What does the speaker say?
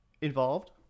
involved